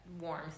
warm